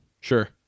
Sure